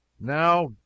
now